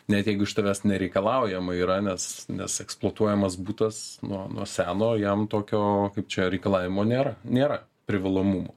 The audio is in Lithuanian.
net jeigu iš tavęs nereikalaujama yra nes nes eksploatuojamas butas nuo nuo seno jam tokio kaip čia reikalavimo nėra nėra privalomumo